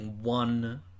one